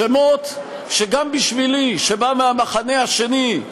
שמות שגם בשבילי, שבא מהמחנה השני,